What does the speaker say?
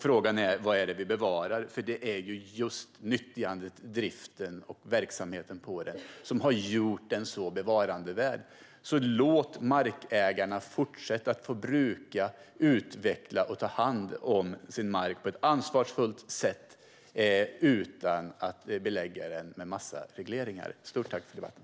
Frågan är vad vi bevarar, för det är ju just nyttjandet av och driften och verksamheten på marken som har gjort den så värd att bevara. Låt därför markägarna få fortsätta att bruka, utveckla och ta hand om sin mark på ett ansvarsfullt sätt utan att vi lägger på dem en massa regleringar. Stort tack för debatten!